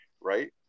right